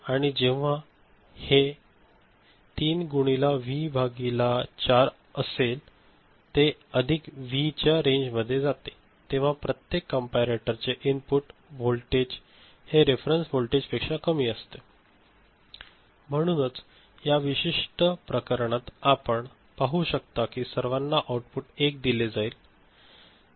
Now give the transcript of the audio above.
आणि जेव्हा ते तीन गुणिले व्ही भागिले चार ते अधिक व्ही च्या रेंज मध्ये जाते तेव्हा प्रत्येक कंपेरेटर चे इनपुट वोल्टेज हे रेफ़ारेंस व्होल्टेजपेक्षा अधिक असते म्हणूनच या विशिष्ट प्रकरणात पाहू शकता की सर्वांना आऊटपुट 1 दिले जाईल बरोबर